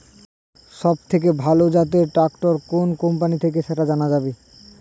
সবথেকে ভালো জাতের ট্রাক্টর কোন কোম্পানি থেকে সেটা জানা যাবে?